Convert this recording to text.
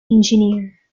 engineer